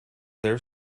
their